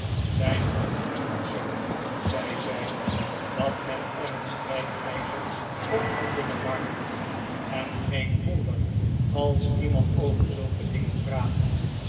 zijn hoofd gloeit zoo zei zij dat men er een strijkijzer op zou kunnen warmen en geen wonder als iemand over zulke dingen praat